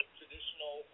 traditional